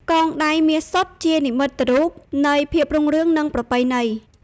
កងដៃមាសសុទ្ធ ជានិមិត្តរូបនៃភាពរុងរឿង និងប្រពៃណី។